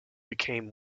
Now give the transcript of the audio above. became